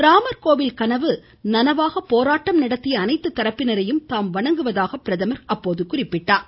ராமர் கோவில் கனவு நனவாக போராட்டம் நடத்திய அனைத்து தரப்பினரையும் தாம் வணங்குவதாக பிரதமர் குறிப்பிட்டார்